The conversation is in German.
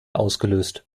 ausgelöst